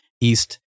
east